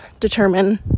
determine